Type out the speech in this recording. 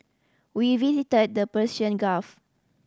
we visited the Persian Gulf